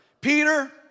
Peter